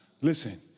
Listen